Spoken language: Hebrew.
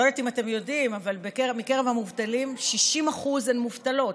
אני לא יודעת אם אתם יודעים אבל מקרב המובטלים 60% הן מובטלות.